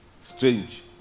Strange